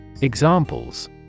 Examples